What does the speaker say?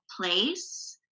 place